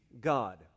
God